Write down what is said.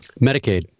Medicaid